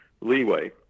leeway